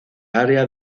área